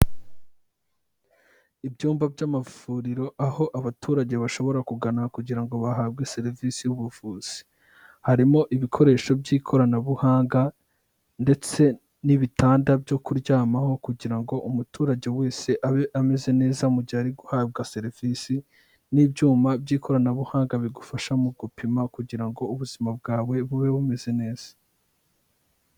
Ibyumba by'amavuriro aho abaturage bashobora kugana kugira ngo bahabwe serivisi y'ubuvuzi. Harimo ibikoresho by'ikoranabuhanga ndetse n'ibitanda byo kuryamaho, kugira ngo umuturage wese abe ameze neza mu gihe ari guhabwa serivisi n'ibyuma by'ikoranabuhanga bigufasha mu gupima, kugira ngo ubuzima bwawe bube bumeze neza.